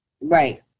Right